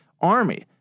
Army